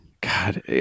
God